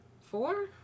four